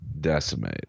decimate